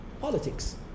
politics